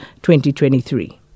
2023